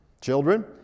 Children